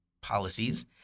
policies